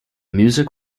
music